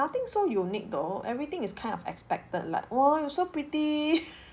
nothing so unique though everything is kind of expected like oh you so pretty